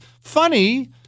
Funny